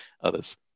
others